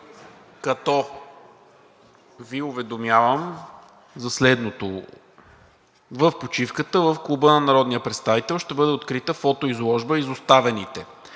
като Ви уведомявам за следното: В почивката в Клуба на народния представител ще бъде открита фотоизложба „Изоставените“.